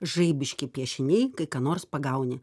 žaibiški piešiniai kai ką nors pagauni